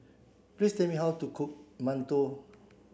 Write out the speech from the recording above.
please tell me how to cook Mantou